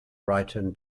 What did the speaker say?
brighton